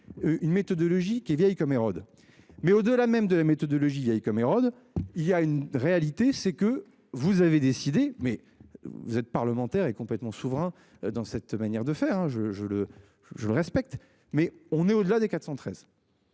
Une méthodologie qui est vieille comme Hérode mais au delà même de la méthodologie vieille comme Hérode. Il y a une réalité c'est que vous avez décidé. Mais vous êtes parlementaire est complètement souverain dans cette manière de faire hein je je le je le respecte mais on est au-delà des 413.